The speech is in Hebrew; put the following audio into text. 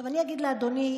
אני אגיד לאדוני,